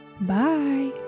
Bye